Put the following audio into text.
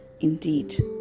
Indeed